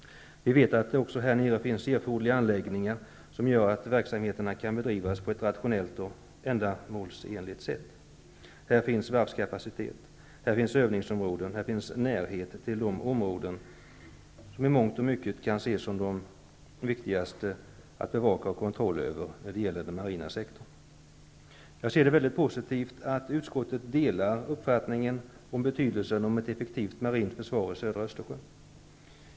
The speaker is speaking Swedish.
Vi vet att det här nere finns erforderliga anläggningar som gör att verksamheten kan bedrivas på ett rationellt och ändamålsenligt sätt. Där finns det varvskapacitet, övningsområden och närhet till de områden som i mångt och mycket kan ses som de viktigaste att bevaka och ha kontroll över när det gäller den marina sektorn. Jag ser det som mycket positivt att utskottet delar uppfattningen om betydelsen av ett effektivt marint försvar i södra Östersjön.